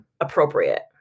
appropriate